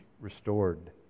restored